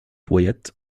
wyatt